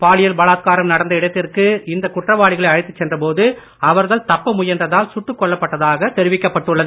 பாலியல் பலாத்காரம் நடந்த இடத்திற்கு இந்தக் குற்றவாளிகளை அழைத்துச் சென்றபோது அவர்கள் தப்ப முயன்றதால் சுட்டுக் கொல்லப்பட்டதாகத் தெரிவிக்கப் பட்டுள்ளது